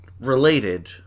Related